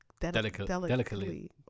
delicately